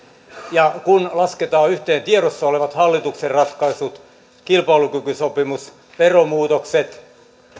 ja kun lasketaan yhteen tiedossa olevat hallituksen ratkaisut kilpailukykysopimus veromuutokset